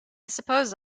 suppose